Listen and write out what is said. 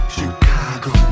Chicago